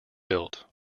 built